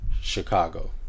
Chicago